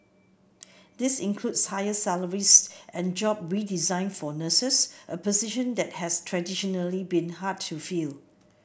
this includes higher salaries and job redesign for nurses a position that has traditionally been hard to fill